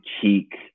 Cheek